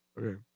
Okay